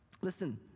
Listen